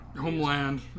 Homeland